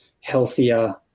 healthier